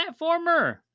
platformer